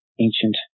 ancient